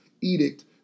edict